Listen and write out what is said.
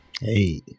Hey